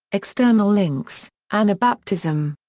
external links anabaptism.